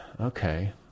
okay